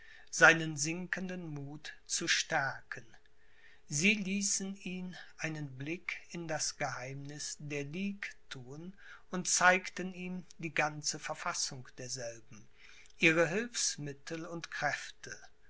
seinen sinkenden muth zu stärken sie ließen ihn einen blick in das geheimniß der ligue thun und zeigten ihm die ganze verfassung derselben ihre hilfsmittel und kräfte